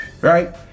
Right